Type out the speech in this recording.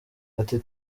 ati